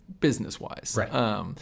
business-wise